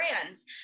brands